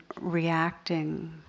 reacting